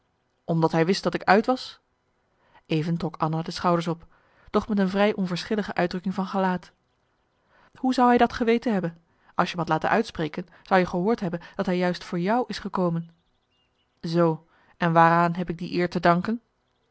omdat hij wist dat ik uit was even trok anna de schouders op doch met een vrij onverschillige uitdrukking van gelaat hoe zou hij dat geweten hebben als je me hadt laten uitspreken zou je gehoord hebben dat hij juist voor jou is gekomen zoo en waaraan heb ik die eer te danken